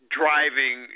driving